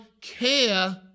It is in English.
care